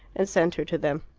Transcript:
and sent her to them.